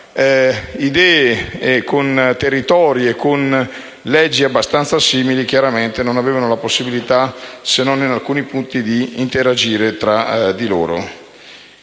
con idee e leggi abbastanza simili, chiaramente non avevano la possibilità, se non in alcuni punti, di interagire tra di loro.